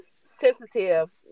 sensitive